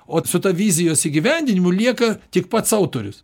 o su ta vizijos įgyvendinimu lieka tik pats autorius